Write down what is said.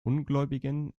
ungläubigen